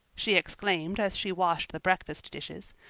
she exclaimed as she washed the breakfast dishes.